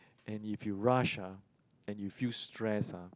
and if you rush ah and you feel stressed ah